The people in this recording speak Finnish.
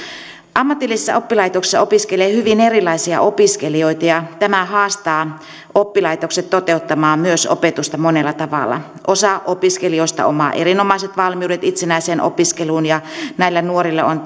ammatillisissa oppilaitoksissa opiskelee hyvin erilaisia opiskelijoita ja tämä haastaa oppilaitokset toteuttamaan myös opetusta monella tavalla osa opiskelijoista omaa erinomaiset valmiudet itsenäiseen opiskeluun ja näille nuorille on